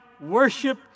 worship